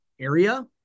area